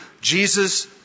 Jesus